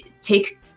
take